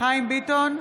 חיים ביטון,